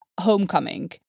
Homecoming